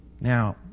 Now